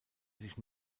sich